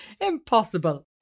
impossible